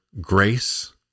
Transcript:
grace